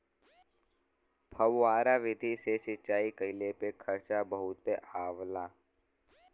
फौआरा विधि से सिंचाई कइले पे खर्चा बहुते आवला